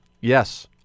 Yes